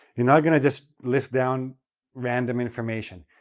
you're not going to just list down random information.